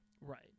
Right